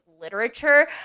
literature